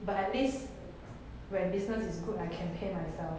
but at least when business is good I can pay myself